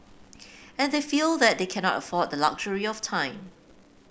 and they feel that they cannot afford the luxury of time